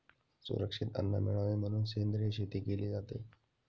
सुरक्षित अन्न मिळावे म्हणून सेंद्रिय शेती केली जाते